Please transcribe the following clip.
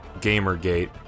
Gamergate